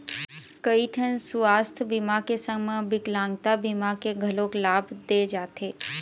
कइठन सुवास्थ बीमा के संग म बिकलांगता बीमा के घलोक लाभ दे जाथे